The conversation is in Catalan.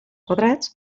quadrats